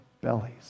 bellies